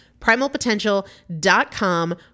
Primalpotential.com